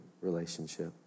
relationship